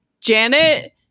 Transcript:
Janet